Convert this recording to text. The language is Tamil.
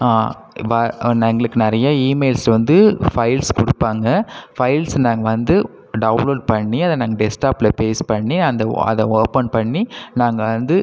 வா எங்களுக்கு நிறையா இமெயில்ஸ் வந்து ஃபையில்ஸ் கொடுப்பாங்க ஃபையில்ஸ் நாங்கள் வந்து டவுன்லோட் பண்ணி அதை நாங்கள் டெஸ்க் டாப்பில் பேஸ்ட் பண்ணி அந்த ஓ அதை ஓப்பன் பண்ணி நாங்கள் வந்து